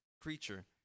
creature